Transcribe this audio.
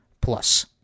Plus